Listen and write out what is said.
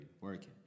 working